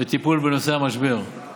אני מתארת לעצמי את הכאב הנוראי